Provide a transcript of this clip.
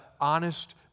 honest